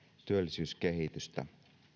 työllisyyskehitystä